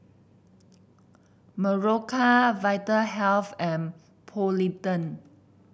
Berocca Vitahealth and Polident